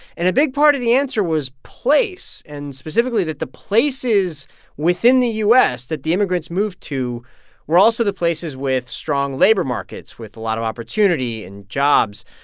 and a big part of the answer was place and specifically that the places within the u s. that the immigrants moved to were also the places with strong labor markets, with a lot of opportunity and jobs,